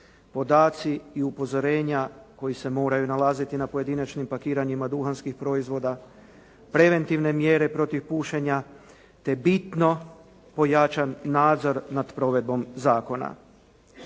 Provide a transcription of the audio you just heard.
podaci i upozorenja koji se moraju nalaziti na pojedinačnim pakiranjima duhanskih proizvoda, preventivne mjere protiv pušenja te bitno pojačan nadzor nad provedbom zakona.